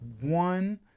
one